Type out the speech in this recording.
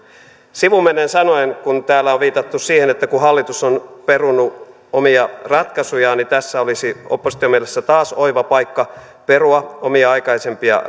sivumennen sanoen kun täällä on on viitattu siihen että hallitus on perunut omia ratkaisujaan ja että tässä olisi opposition mielestä taas oiva paikka perua omia aikaisempia